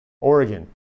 Oregon